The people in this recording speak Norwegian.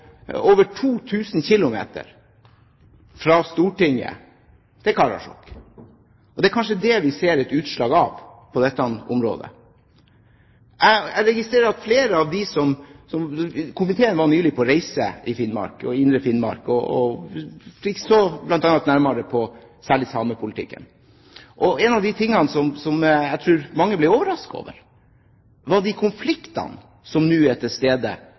over 2 000 km fra Stortinget til Karasjok. Det er kanskje det vi ser et utslag av på dette området. Komiteen var nylig på reise i Finnmark, og i indre Finnmark, og fikk se nærmere på særlig samepolitikken. En av de tingene som jeg tror mange ble overrasket over, var de konfliktene som nå er til stede